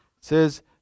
says